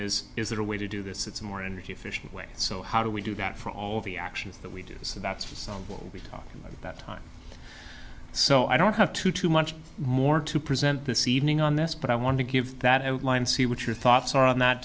is is there a way to do this it's a more energy efficient way so how do we do that for all of the actions that we do so that's a song we'll be talking about that time so i don't have to too much more to present this evening on this but i want to give that outline see what your thoughts are on that